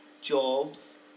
jobs